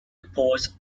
report